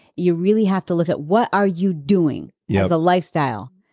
you really have to look at what are you doing yeah as a lifestyle?